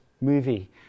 movie